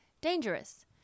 Dangerous